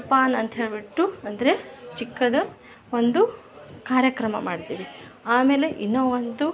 ಪಾಲ್ ಅಂತೇಳ್ಬಿಟ್ಟು ಅಂದರೆ ಚಿಕ್ಕದ ಒಂದು ಕಾರ್ಯಕ್ರಮ ಮಾಡ್ತೀವಿ ಆಮೇಲೆ ಇನ್ನ ಒಂದು